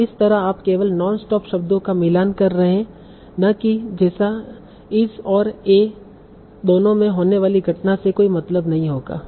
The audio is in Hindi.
तो इस तरह आप केवल नॉन स्टॉप शब्दों का मिलान कर रहे हैं न कि जैसा इस और ए दोनों में होने वाली घटना से कोई मतलब नहीं होगा